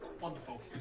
wonderful